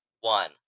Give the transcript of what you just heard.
one